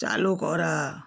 চালু করা